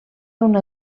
una